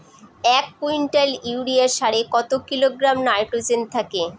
এক quintal urea সারে কত কিলোগ্রাম নাইট্রোজেন থাকে?